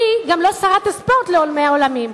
אני גם לא שרת הספורט לעולמי עולמים.